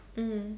mm